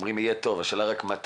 אומרים שהיה טוב אבל השאלה מתי.